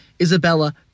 Isabella